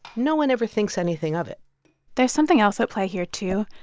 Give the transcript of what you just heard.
no one ever thinks anything of it there's something else at play here, too.